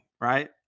right